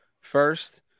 first